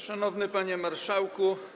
Szanowny Panie Marszałku!